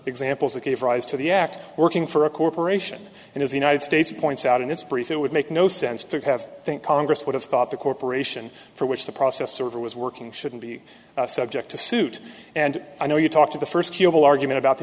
examples that gave rise to the act working for a corporation and as the united states points out in its brief it would make no sense to have think congress would have thought the corporation for which the process server was working shouldn't be subject to suit and i know you talk to the first curable argument about the